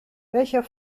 welcher